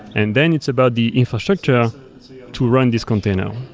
and then it's about the infrastructure to run this container.